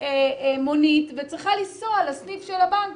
מונית וצריכה לנסוע לסניף של הבנק